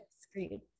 screen